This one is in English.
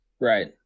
Right